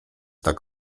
tak